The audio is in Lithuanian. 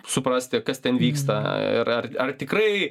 suprasti kas ten vyksta ir ar tikrai